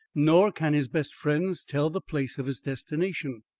nor can his best friends tell the place of his destination.